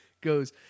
goes